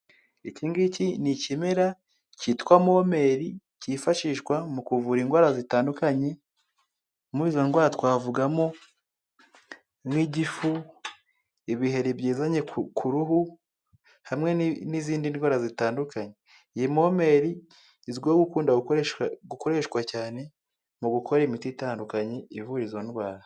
Iki ngiki ni ikimera cyitwa Momeri cyifashishwa mu kuvura indwara zitandukanye, muri izo ndwara twavugamo nk'igifu, ibiheri byizanye ku ruhu hamwe n'izindi ndwara zitandukanye. Iyi Momeri izwiho gukunda gukoreshwa cyane mu gukora imiti itandukanye ivura izo indwara.